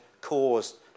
caused